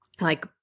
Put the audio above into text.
like-